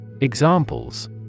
Examples